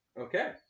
Okay